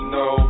no